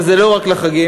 וזה לא רק לחגים,